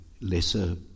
lesser